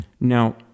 Now